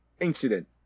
incident